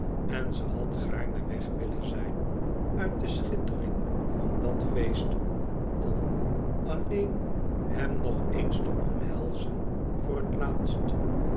en ze had gaarne weg willen zijn uit de schittering van dat feest om alleen hem nog eens te omhelzen voor het laatst